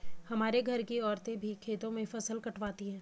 हमारे घर की औरतें भी खेतों में फसल कटवाती हैं